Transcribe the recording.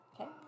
Okay